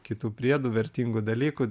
kitų priedų vertingų dalykų